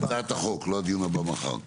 בהצעת החוק, לא הדיון מחר.